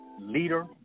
leader